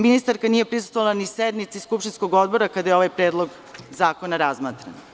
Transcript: Ministarka nije prisustvovala ni sednici skupštinskog odbora kada je ovaj predlog zakona razmatran.